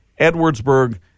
Edwardsburg